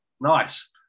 Nice